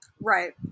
right